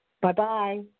Bye-bye